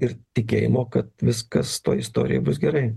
ir tikėjimo kad viskas toj istorijoj bus gerai